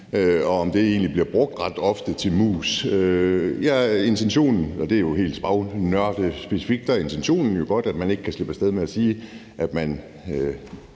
og om det egentlig bliver brugt ret ofte til mus, og det er jo helt fagnørdespecifikt, men intentionen er jo god, altså at man ikke kan slippe af sted med at sige, at man